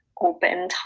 open